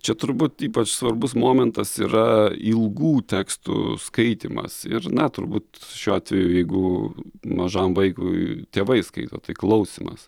čia turbūt ypač svarbus momentas yra ilgų tekstų skaitymas ir na turbūt šiuo atveju jeigu mažam vaikui tėvai skaito tai klausymas